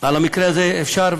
על המקרה הזה אפשר,